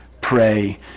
pray